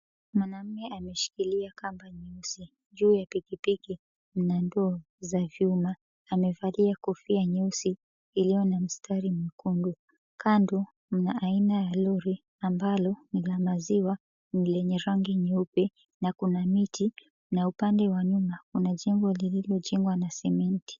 Mwanamume ameshikilia kamba nyeusi. Juu ya pikipiki mna ndoo za vyuma. Amevalia kofia nyeusi iliyo na mstari mwekundu. Kando, mna aina ya lori ambalo ni la maziwa, lenye rangi nyeupe. Na kuna miti, na upande wa nyuma kuna jengo lililojengwa na sementi.